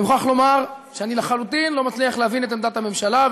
אני מוכרח לומר שאני לחלוטין לא מצליח להבין את עמדת הממשלה,